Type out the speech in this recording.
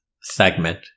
segment